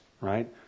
right